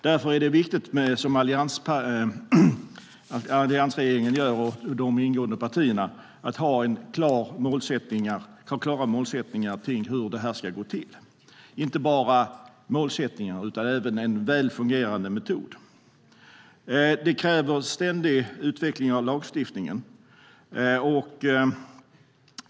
Därför är det viktigt att alliansregeringen och de i den ingående partierna har klara målsättningar kring hur detta ska gå till, och inte bara målsättningar utan en väl fungerande metod. Det kräver ständig utveckling av lagstiftningen.